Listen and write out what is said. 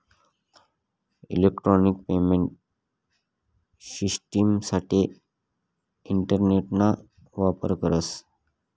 electronic payment शिश्टिमसाठे इंटरनेटना वापर करतस